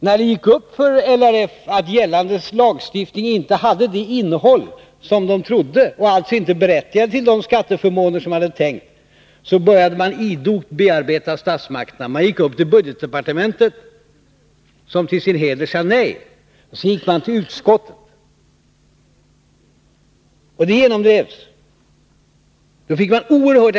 När det gick upp för LRF att gällande lagstiftning inte hade det innehåll som förbundet trodde och att skogsägarna alltså inte var berättigade till de skatteförmåner som man hade tänkt, började man idogt bearbeta statsmakterna. Man gick först upp till budgetdepartementet, som till sin heder sade nej. Då gick man till utskottet, och där fick man gehör.